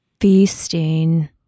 Feasting